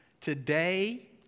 Today